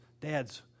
dads